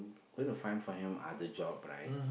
going to find find him other job right